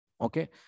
Okay